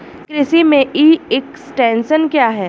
कृषि में e extension क्या है?